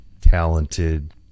talented